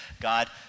God